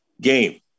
game